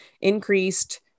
increased